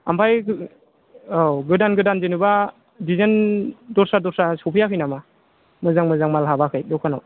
आमफाय औ गोदान गोदान जेन'बा डिजाइन दस्रा दस्रा सौफैयाखै नामा मोजां मोजां माल हाबाखै दखानाव